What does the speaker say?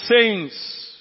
saints